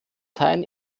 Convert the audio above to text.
parteien